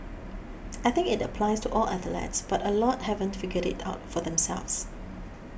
I think it applies to all athletes but a lot haven't figured it out for themselves